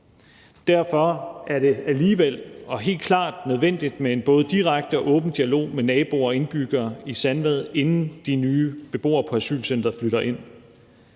Derfor er det alligevel og helt klart nødvendigt med en både direkte og åben dialog med naboer og indbyggere i Sandvad, inden de nye beboere på asylcenteret flytter ind.